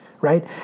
right